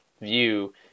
view